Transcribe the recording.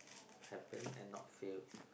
happen and not fail